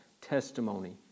testimony